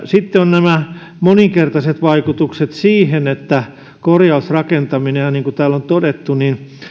sitten on nämä moninkertaiset vaikutukset siihen että korjausrakentaminen ihan niin kuin täällä on todettu